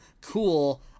Cool